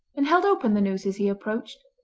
and held open the noose as he approached.